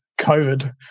COVID